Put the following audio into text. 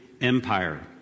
Empire